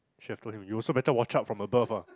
should have told him you also better watch out from above ah